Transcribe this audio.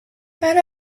had